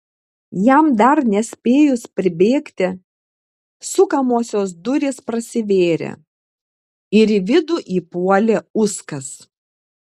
jam dar nespėjus pribėgti sukamosios durys prasivėrė ir į vidų įpuolė uskas